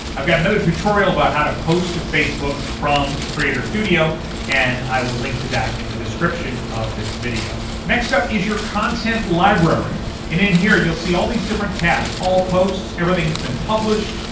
i've got another tutorial about how to post to facebook from creator studio and i will link to that in the description of this video. next up is your content library and in here, you'll see all these different tabs. all posts, everything that's been published,